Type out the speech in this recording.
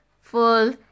full